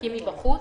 ולנזקקים מבחוץ,